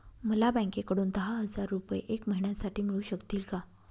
मला बँकेकडून दहा हजार रुपये एक महिन्यांसाठी मिळू शकतील का?